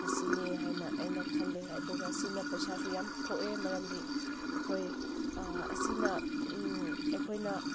ꯑꯁꯤꯅꯤ ꯍꯥꯏꯅ ꯑꯩꯅ ꯈꯜꯂꯦ ꯑꯗꯨꯒ ꯁꯤꯅ ꯄꯩꯁꯥꯁꯨ ꯌꯥꯝ ꯊꯣꯛꯑꯦ ꯃꯔꯝꯗꯤ ꯑꯩꯈꯣꯏ ꯑꯁꯤꯅ ꯑꯩꯈꯣꯏꯅ